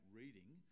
reading